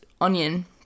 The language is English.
onion